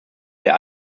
der